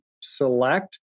select